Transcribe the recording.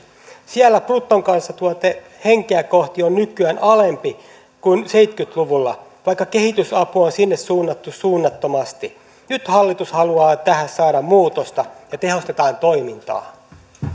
siellä bruttokansantuote henkeä kohti on nykyään alempi kuin seitsemänkymmentä luvulla vaikka kehitysapua on sinne suunnattu suunnattomasti nyt hallitus haluaa tähän saada muutosta ja tehostetaan toimintaa nyt